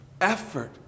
Effort